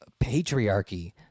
patriarchy